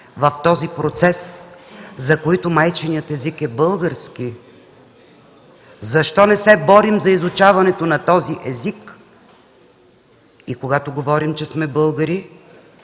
в този процес, за които майчиният език е българският?! Защо не се борим за изучаването на този език?! Когато говорим, че сме българи,